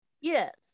Yes